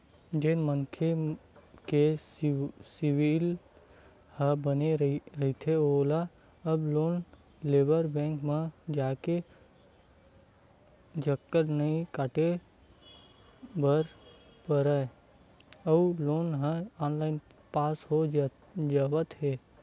जेन मनखे के सिविल ह बने रहिथे ओला अब लोन लेबर बेंक म जाके चक्कर नइ काटे बर परय अउ लोन ह ऑनलाईन पास हो जावत हे